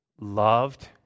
loved